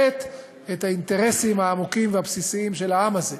את האינטרסים העמוקים והבסיסיים של העם הזה.